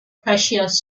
precious